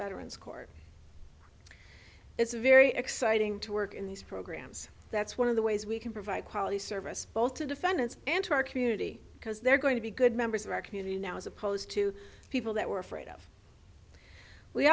veterans court it's very exciting to work in these programs that's one of the ways we can provide quality service both to defendants and to our community because they're going to be good members of our community now as opposed to people that were afraid of we